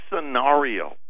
scenario